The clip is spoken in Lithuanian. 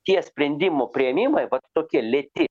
tie sprendimų priėmimai tokie lėti